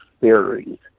theories